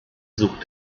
suchte